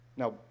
Now